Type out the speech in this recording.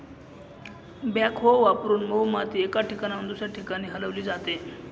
backhoe वापरून मऊ माती एका ठिकाणाहून दुसऱ्या ठिकाणी हलवली जाते